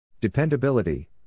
Dependability